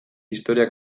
historia